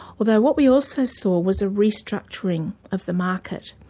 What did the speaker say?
although what we also saw was a restructuring of the market,